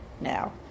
now